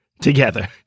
together